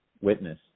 Witness